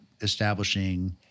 establishing